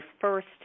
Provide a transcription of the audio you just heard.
first